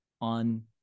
on